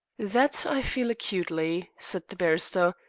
that i feel acutely, said the barrister.